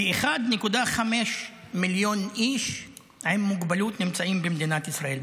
כ-1.5 מיליון איש עם מוגבלות נמצאים במדינת ישראל,